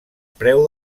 preu